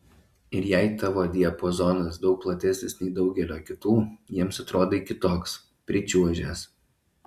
ir jei tavo diapazonas daug platesnis nei daugelio kitų jiems atrodai kitoks pričiuožęs